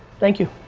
thank you.